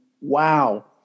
wow